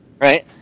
right